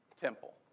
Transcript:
temple